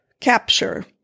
capture